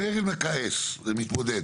מאיר אלמקייס, מתמודד.